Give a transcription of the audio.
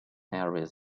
areas